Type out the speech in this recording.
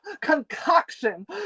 concoction